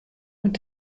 und